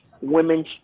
Women's